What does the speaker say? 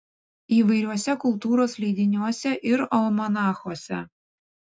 įvairiuose kultūros leidiniuose ir almanachuose